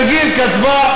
נגיד כתבה,